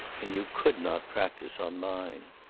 and you could not practise on mine.